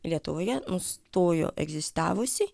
lietuvoje nustojo egzistavusi